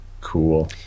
Cool